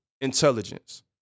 intelligence